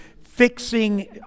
fixing